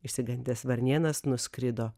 išsigandęs varnėnas nuskrido